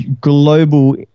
Global